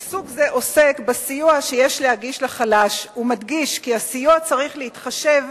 פסוק זה עוסק בסיוע שיש להגיש לחלש ומדגיש כי הסיוע צריך להתחשב